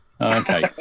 Okay